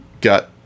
got